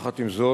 עם זאת,